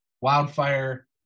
wildfire